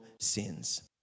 sins